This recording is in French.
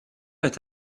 est